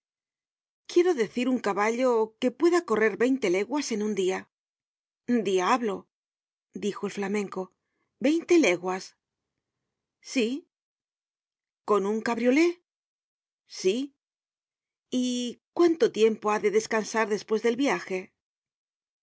quiero decir un caballo que pueda correr veinte leguas en un dia diablo dijo el flamenco veinte leguas sí con un cabriolé sí y cuánto tiempo ha de descansar despues del viaje es